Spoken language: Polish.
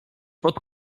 pod